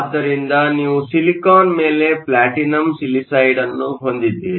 ಆದ್ದರಿಂದ ನೀವು ಸಿಲಿಕಾನ್ ಮೇಲೆ ಪ್ಲಾಟಿನಂ ಸಿಲಿಸೈಡ್ ಅನ್ನು ಹೊಂದಿದ್ದೀರಿ